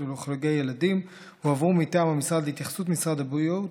ולחוגי ילדים הועברו מטעם המשרד להתייחסות משרד הבריאות,